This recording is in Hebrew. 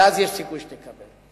ואז יש סיכוי שתקבל.